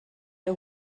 der